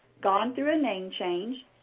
gone through a name change,